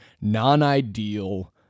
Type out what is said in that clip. non-ideal